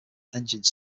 engine